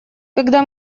когда